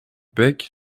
bec